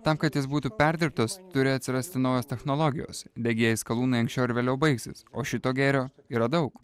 tam kad jis būtų perdirbtas turi atsirasti naujos technologijos degieji skalūnai anksčiau ar vėliau baigsis o šito gėrio yra daug